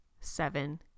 seven